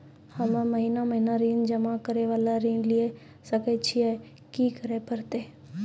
हम्मे महीना महीना ऋण जमा करे वाला ऋण लिये सकय छियै, की करे परतै?